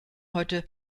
heute